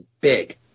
big